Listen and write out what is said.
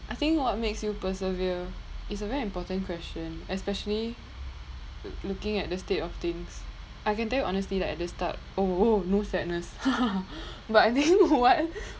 I think what makes you persevere it's a very important question especially looking at the state of things I can tell you honestly like at the start oh no sadness but I didn't want